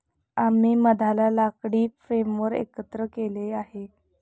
आम्ही मधाला लाकडी फ्रेमवर एकत्र केले आहे